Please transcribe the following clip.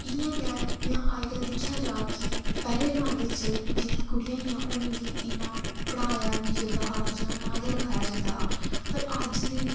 इ'यां गै जां अजकल दिक्खेआ जा कि पैहले जमाने च जेह्की कुड़ियां हियां उ'नेंगी इन्ना पढ़ाया जंदा हा जां ना गै लखाया जंदा हा पर अज्ज दी